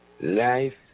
life